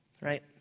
Right